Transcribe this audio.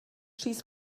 schieß